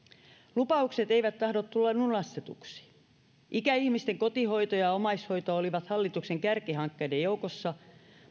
lupaukset eivät tahdo tulla lunastetuksi ikäihmisten kotihoito ja omaishoito olivat hallituksen kärkihankkeiden joukossa